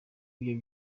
ibyo